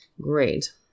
Great